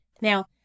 Now